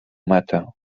metę